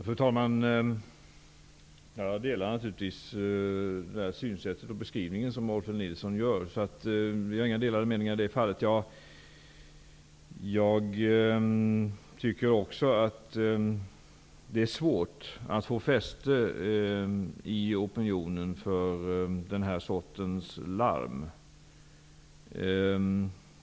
Fru talman! Jag har naturligtvis samma syn på de här frågorna som Rolf L Nilson och instämmer i den beskrivning som han gör. Vi har inga delade meningar i det fallet. Jag tycker också att det är svårt att få fäste i opinionen för den här sortens larm.